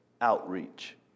outreach